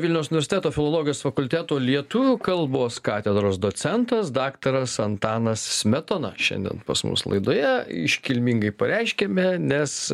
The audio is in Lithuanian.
vilniaus universiteto filologijos fakulteto lietuvių kalbos katedros docentas daktaras antanas smetona šiandien pas mus laidoje iškilmingai pareiškiame nes